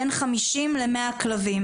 בין 50 ל-100 כלבים.